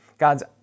God's